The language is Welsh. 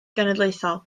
genedlaethol